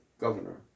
governor